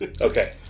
Okay